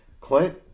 Clint